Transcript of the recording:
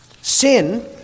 Sin